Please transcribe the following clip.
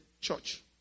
Church